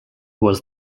was